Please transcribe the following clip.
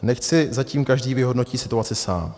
Nechť si zatím každý vyhodnotí situací sám.